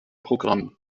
programm